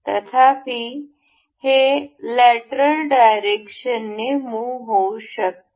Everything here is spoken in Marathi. तथापि हे लेटरल डायरेक्शन ने मुह होऊ शकते